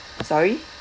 sorry